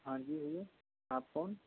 हाँ जी भय्या आप कौन